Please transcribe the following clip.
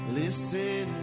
listen